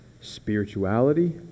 spirituality